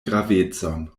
gravecon